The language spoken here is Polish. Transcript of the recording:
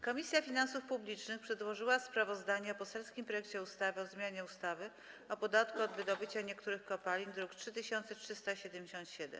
Komisja Finansów Publicznych przedłożyła sprawozdanie o poselskim projekcie ustawy o zmianie ustawy o podatku od wydobycia niektórych kopalin, druk nr 3377.